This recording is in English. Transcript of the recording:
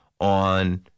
on